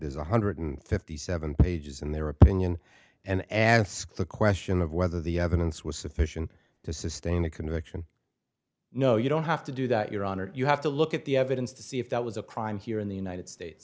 one hundred fifty seven pages in their opinion and ask the question of whether the evidence was sufficient to sustain a conviction no you don't have to do that your honor you have to look at the evidence to see if that was a crime here in the united states